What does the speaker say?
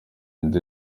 inde